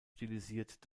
stilisiert